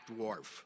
dwarf